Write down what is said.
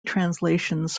translations